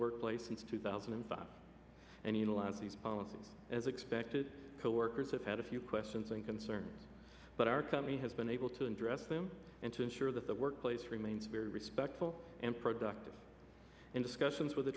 workplace since two thousand and five and in a lot of these policies as expected co workers have had a few questions and concerns but our company has been able to address them and to ensure that the workplace remains a very respectful and productive discussions with